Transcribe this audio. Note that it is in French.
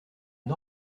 une